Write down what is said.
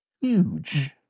Huge